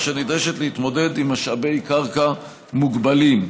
אשר נדרשת להתמודד עם משאבי קרקע מוגבלים.